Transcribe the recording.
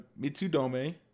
Mitsudome